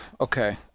okay